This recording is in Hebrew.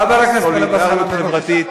חבר הכנסת טלב אלסאנע.